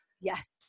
Yes